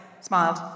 smiled